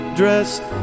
dressed